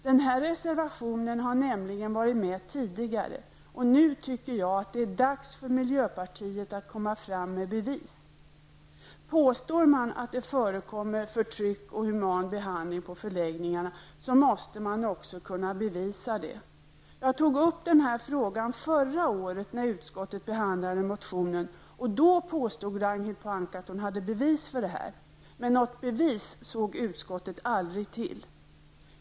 Den här reservationen har nämligen varit med tidigare och nu tycker jag att det är dags för miljöpartiet att komma fram med bevis. Påstår man att det förekommer förtryck och inhuman behandling på förläggningarna, måste man också kunna bevisa detta. Jag tog upp den här frågan förra året när utskottet behandlade motionen. Då påstod Ragnhild Pohanka att hon hade bevis, men något bevis såg utskottet aldrig till.